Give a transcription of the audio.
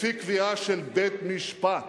לפי קביעה של בית-משפט.